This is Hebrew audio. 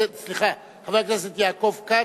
סליחה, חבר הכנסת יעקב כץ,